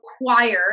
require